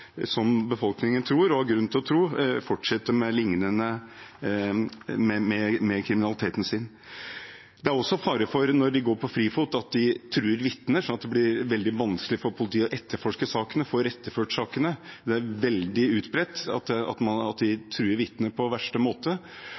som befolkningen tror, og har grunn til å tro – fortsette med kriminaliteten sin. Når de er på frifot, er det også fare for at de truer vitner, sånn at det blir veldig vanskelig for politiet å etterforske sakene, få iretteført sakene. Det er veldig utbredt at de truer vitner på verste måte,